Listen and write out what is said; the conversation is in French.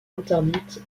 interdite